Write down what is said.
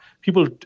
people